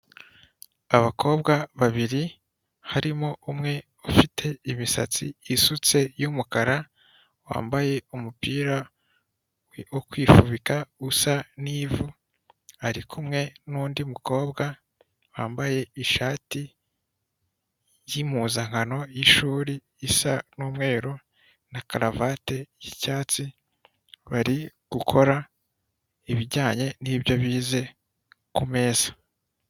Abakobwa babiri harimo umwe ufite imisatsi isutse y'umukara wambaye umupira wo kwifubika usa n'ivu arikumwe n'undi mukobwa wambaye ishati y'impuzankano y'ishyura isa n'umweru na karuvati y'icyatsi bari gukora ibijyanye n'ibyo bize kumeza.